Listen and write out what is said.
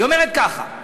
היא אומרת ככה,